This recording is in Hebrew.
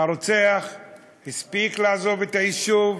הרוצח הספיק לעזוב את היישוב,